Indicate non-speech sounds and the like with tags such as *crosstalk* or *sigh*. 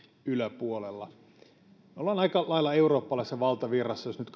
yläpuolella me olemme aika lailla eurooppalaisessa valtavirrassa jos nyt *unintelligible*